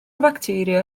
facteria